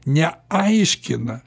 ne aiškina